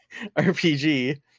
RPG